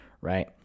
right